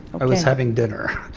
i was having dinner.